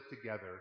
together